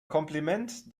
kompliment